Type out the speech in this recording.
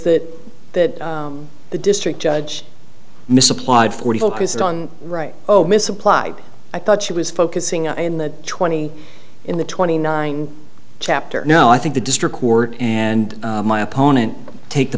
that that the district judge misapplied forty focused on right oh misapplied i thought she was focusing on in the twenty in the twenty nine chapter no i think the district court and my opponent take the